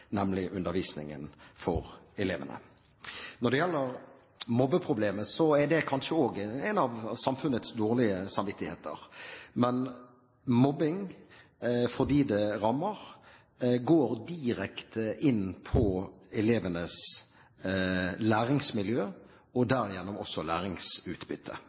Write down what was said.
nemlig undervisningen for elevene. Når det gjelder mobbeproblemet, er det kanskje også én av samfunnets dårlige samvittigheter. Men mobbing – for dem det rammer – går direkte inn på elevenes læringsmiljø, og derigjennom også læringsutbytte.